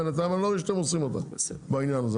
בינתיים אני לא רואה שאתם עושים אותה בעניין הזה.